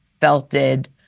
felted